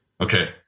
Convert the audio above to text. Okay